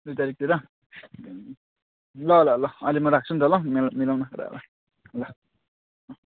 दुई तारिखतिर ल ल ल अहिले म राक्छु नि त ल मिलाउँ न यो कुरालाई ल